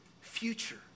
future